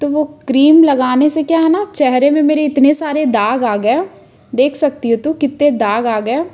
तो वह क्रीम लगाने से क्या है न चेहरे में मेरे इतने सारे दाग आ गए देख सकती है तू कितने दाग आ गए